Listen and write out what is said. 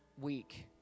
week